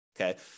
okay